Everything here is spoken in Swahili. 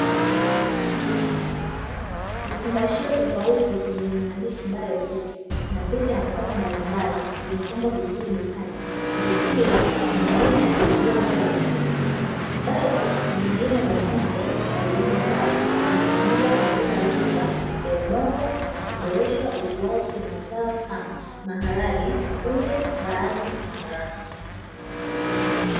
Vifungashio tofauti vyenye maandishi "Biofix" na picha ya nafaka mbalimbali, zimepangwa vizuri dukani, ikiwa ni aina ya pembejeo bora za kilimo. "Biofix" ni aina za chanjo na viumbe hai inayotumika kuongeza rutuba ya udongo na kuboresha ukuaji mazao kama maharage, kunde, mbaazi na karanga.